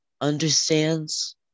understands